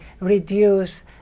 reduce